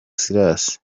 silas